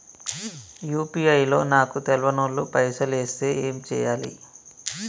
UPI లో నాకు తెల్వనోళ్లు పైసల్ ఎస్తే ఏం చేయాలి?